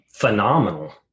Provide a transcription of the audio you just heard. Phenomenal